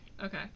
Okay